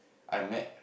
I met